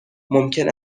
ممکن